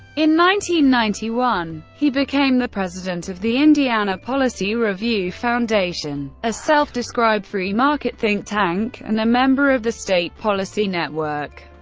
ninety ninety one, he became the president of the indiana policy review foundation, a self-described free-market think tank and a member of the state policy network.